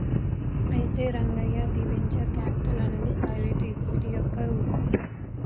అయితే రంగయ్య ది venture capital అనేది ప్రైవేటు ఈక్విటీ యొక్క రూపం